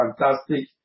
fantastic